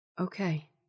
Okay